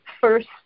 first